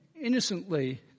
innocently